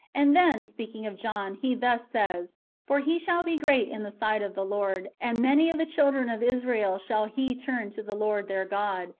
and then, speak ing of john, he thus says for he shall be great in the sight of the lord, and many of the children of israel shall he turn to the lord their god.